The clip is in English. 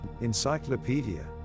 encyclopedia